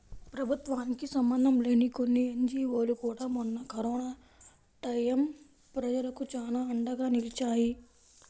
ప్రభుత్వానికి సంబంధం లేని కొన్ని ఎన్జీవోలు కూడా మొన్న కరోనా టైయ్యం ప్రజలకు చానా అండగా నిలిచాయి